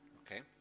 okay